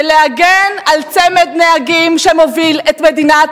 ולהגן על צמד נהגים שמוביל את מדינת